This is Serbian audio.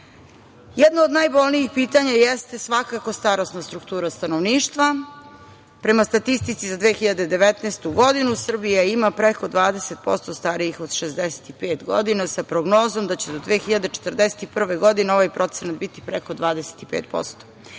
od najbolnijih pitanja jeste svakako starosna struktura stanovništva. Prema statistici za 2019. godinu Srbija ima preko 20% starijih od 65 godina sa prognozom da će do 2041. godine ovaj procenat biti preko 25%,